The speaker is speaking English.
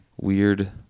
weird